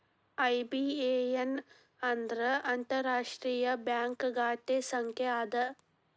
IBAN ಅಂದ್ರ ಅಂತಾರಾಷ್ಟ್ರೇಯ bank ಖಾತೆ ಸಂಖ್ಯಾ ಅದ